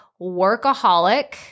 workaholic